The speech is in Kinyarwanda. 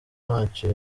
ntacyo